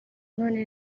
none